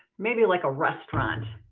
maybe like a restaurant.